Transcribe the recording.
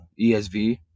ESV